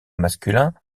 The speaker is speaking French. masculins